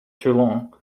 toulon